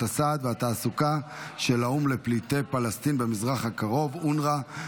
הסעד והתעסוקה של האו"ם לפליטי פלסטין במזרח הקרוב (אונר"א),